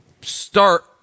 Start